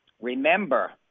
remember